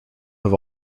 have